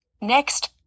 Next